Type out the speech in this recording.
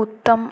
उत्तम